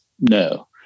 No